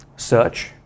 search